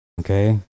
Okay